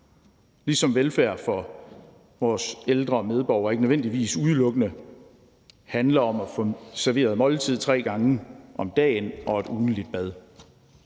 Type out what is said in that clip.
ligesom velfærd for vores ældre medborgere ikke nødvendigvis udelukkende handler om at få serveret et måltid tre gange om dagen og et ugentligt bad.